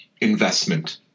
investment